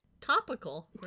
Topical